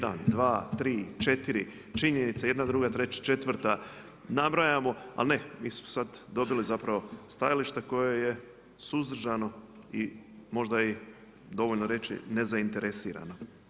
1, 2, 3, 4, činjenica jedna, druga, treća, četvrta, nabrajamo, ali ne mi smo sad dobili zapravo stajalište koje je suzdržano i možda i dovoljno reći nezainteresirano.